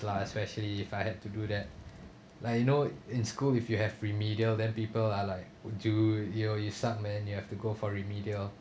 lah especially if I had to do that like you know in school if you have remedial then people are like would you you know you suck man you have to go for remedial